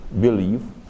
believe